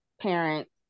parents